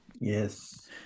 Yes